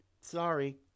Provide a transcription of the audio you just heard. sorry